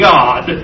God